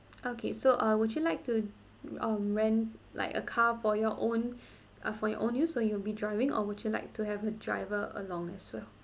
okay so uh would you like to um rent like a car for your own uh for your own use you will be driving or would you like to have a driver along as well